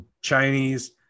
Chinese